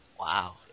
Wow